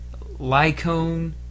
Lycone